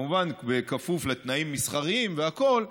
כמובן בכפוף לתנאים מסחריים והכול,